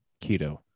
Keto